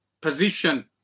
position